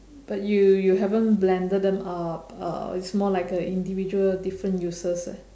but you you haven't blended them up uh it's more like a individual different uses